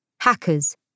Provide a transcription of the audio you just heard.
hackers